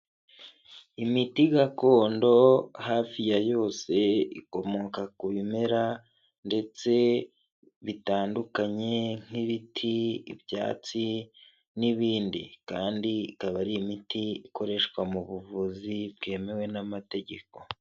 Imiti gakondo hafi ya yose, ikomoka ku bimera ndetse bitandukanye nk'ibiti, ibyatsi n'ibindi kandi ikaba ari imiti ikoreshwa mu buvuzi bwemewe n'amategeko.